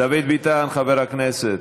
דוד ביטן, חבר הכנסת.